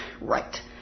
Right